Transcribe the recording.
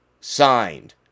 signed